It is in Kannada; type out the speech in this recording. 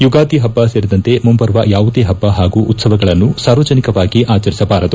ಯುಗಾದಿ ಹಬ್ಲ ಸೇರಿದಂತೆ ಮುಂಬರುವ ಯಾವುದೇ ಹಬ್ಲ ಹಾಗೂ ಉತ್ತವಗಳನ್ನು ಸಾರ್ವಜನಿಕವಾಗಿ ಆಚರಿಸಬಾರದು